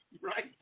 Right